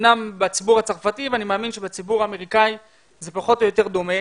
אמנם מהציבור הצרפתי ואני מאמין שבציבור האמריקאי זה פחות או יותר דומה.